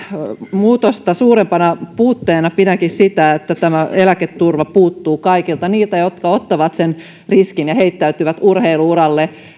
muutosta suurempana puutteena pidänkin sitä että tämä eläketurva puuttuu kaikilta heiltä jotka ottavat sen riskin ja heittäytyvät urheilu uralle